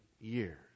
years